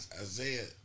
Isaiah